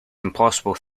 impossible